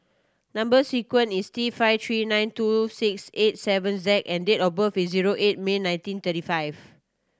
number sequence is T five three nine two six eight seven Z and date of birth is zero eight May nineteen thirty five